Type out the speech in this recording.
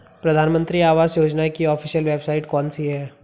प्रधानमंत्री आवास योजना की ऑफिशियल वेबसाइट कौन सी है?